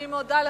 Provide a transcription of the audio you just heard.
אני מודה לך,